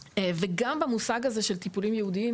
במושג של טיפולים ייעודיים